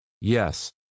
Yes